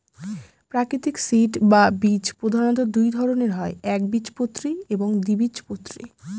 প্রাকৃতিক সিড বা বীজ প্রধানত দুই ধরনের হয় একবীজপত্রী এবং দ্বিবীজপত্রী